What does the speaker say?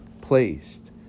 placed